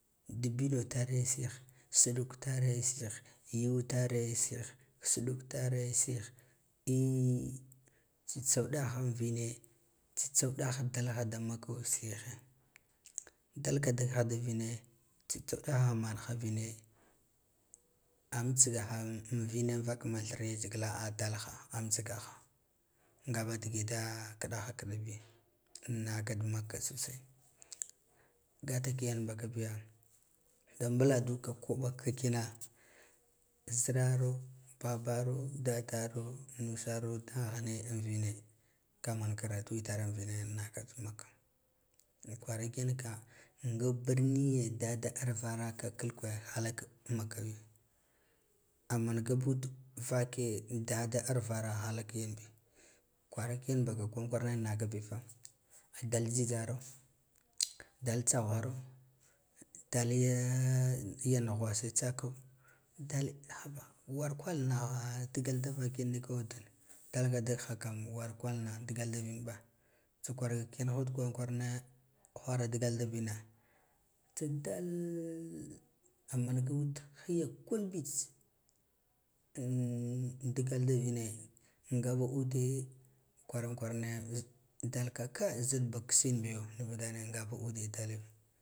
Dibbona tare shi suɗuk tare sili yu tare sih suɗuk tare tsitsa udehen vine tsitsa udal dalha da makko sihe dalkhas da tsitsa udah manaha vine am tsigahan vine vak man thire yuzgila a dalha amtsigaha nga ba dige da kiɗaha kiɗabi annaka da makka go sai gata kiyan bakabiya da buluduka koɓa ka kina ziraro babaro dadaro nusaro daghane an nine ka man karatu itar vine naka da makka an kwara kiyauka nga birniya da da arvara ka kulkwa hakaka mukkabi amanga buo vare dalda arvara hadak yenbi kwara kiyan balla kwaran kwarana nagka bifa adul jhijharo dul rsaghwaro dad ya nughwasa tsako dal haba war kwal nagha digal da yaken dalha dishai kam war kwal nagh digal da vinɓa tsa kwaga kiyun hud kwarana whara digalda vine tsa dal aman gud higa kulnits an digal da vine ngaba ude kwaran kwarana nayaz dalka kai zi ɗaba kassin biyo